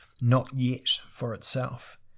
not-yet-for-itself